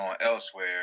elsewhere